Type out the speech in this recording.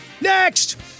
Next